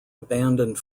abandoned